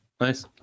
Nice